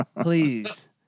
please